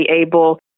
able